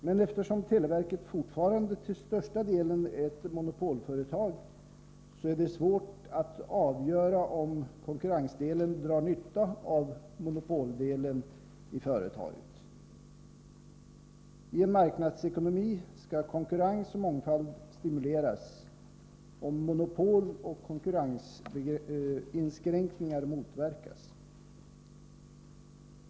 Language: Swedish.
Men eftersom televerket fortfarande till största delen är ett monopolföretag, är det svårt att avgöra om konkurrensdelen drar nytta av monopoldelen i företaget. I en marknadsekonomi skall konkurrens och mångfald stimuleras och monopol och konkurrensinskränkningar motverkas.